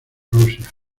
rusia